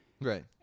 Right